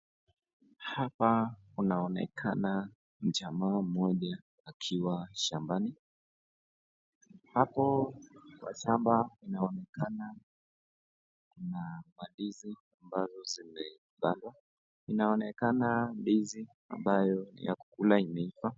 Hapa unaonekana mjama moja akiwa shambani, hapo kwa shamba inaonekana kuna mandizi ambazo zimepandwa, inaonekana ndizi ambayo ni ya kukula imeiva.